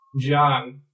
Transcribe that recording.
John